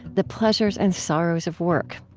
the pleasures and sorrows of work.